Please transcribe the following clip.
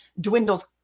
dwindles